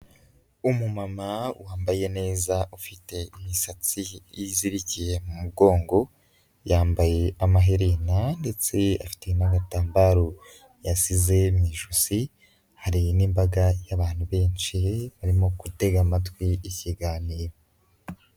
Umumama wambaye neza ufite imisatsi izirikiye mu mugongo, yambaye amaherena ndetse afite n'agatambaro yasize mu ijosi, hari n'imbaga y'abantu benshi barimo gutega amatwi ikiganiro.